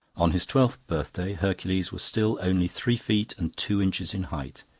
on his twelfth birthday hercules was still only three feet and two inches in height.